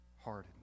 hardened